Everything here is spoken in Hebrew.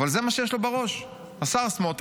אבל זה מה שיש לו בראש: השר סמוטריץ'